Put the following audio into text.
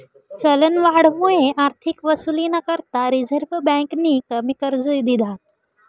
चलनवाढमुये आर्थिक वसुलीना करता रिझर्व्ह बँकेनी कमी कर्ज दिधात